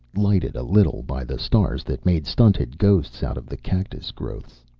lightened a little by the stars that made stunted ghosts out of the cactus growths.